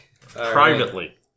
Privately